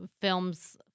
films